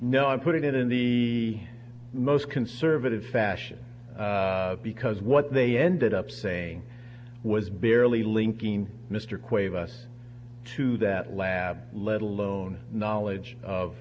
no i put it in the most conservative fashion because what they ended up saying was barely linking mr quaver us to that lab let alone knowledge of